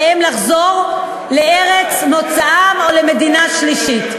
עליהם לחזור לארץ מוצאם או למדינה שלישית.